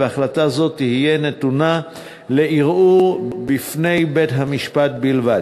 והחלטה זאת תהיה נתונה לערעור בפני בית-המשפט בלבד.